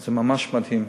זה ממש מדהים.